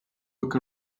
book